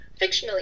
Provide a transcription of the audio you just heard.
fictionally